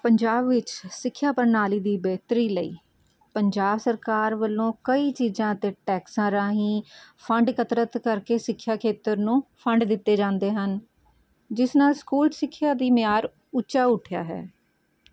ਪੰਜਾਬ ਵਿੱਚ ਸਿੱਖਿਆ ਪ੍ਰਣਾਲੀ ਦੀ ਬਿਹਤਰੀ ਲਈ ਪੰਜਾਬ ਸਰਕਾਰ ਵੱਲੋਂ ਕਈ ਚੀਜ਼ਾਂ 'ਤੇ ਟੈਕਸਾਂ ਰਾਹੀਂ ਫੰਡ ਇਕੱਤਰਤ ਕਰਕੇ ਸਿੱਖਿਆ ਖੇਤਰ ਨੂੰ ਫੰਡ ਦਿੱਤੇ ਜਾਂਦੇ ਹਨ ਜਿਸ ਨਾਲ਼ ਸਕੂਲ ਸਿੱਖਿਆ ਦੀ ਮਿਆਰ ਉੱਚਾ ਉੱਠਿਆ ਹੈ